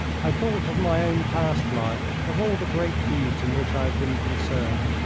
i thought of my own past life, of all the great deeds in which i had been concerned,